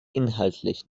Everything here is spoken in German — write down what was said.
inhaltlich